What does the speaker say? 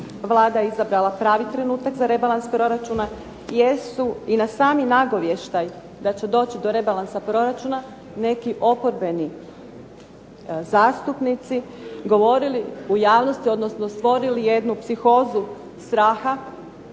Vlada je izabrala pravi trenutak za rebalans proračuna, jer su i na sami nagovještaj da će doći do rebalansa proračuna neki oporbeni zastupnici govorili u javnosti, odnosno stvorili jednu psihozu straha